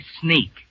sneak